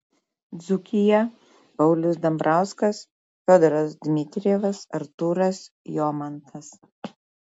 dzūkija paulius dambrauskas fiodoras dmitrijevas artūras jomantas